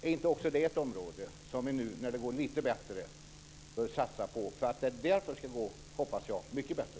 Är inte också det ett område som vi, nu när det går lite bättre, bör satsa på för att det ska, hoppas jag, gå mycket bättre?